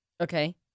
okay